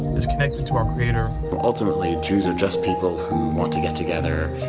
is connected to our creator. but ultimately, jews are just people who want to get together,